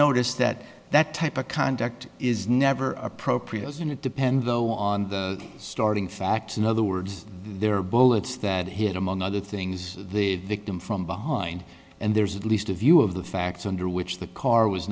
notice that that type of conduct is never appropriate isn't it depend though on the starting facts in other words there are bullets that hit among other things the victim from behind and there's at least a view of the facts under which the car was